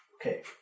Okay